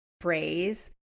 phrase